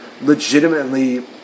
legitimately